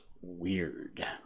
weird